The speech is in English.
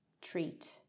treat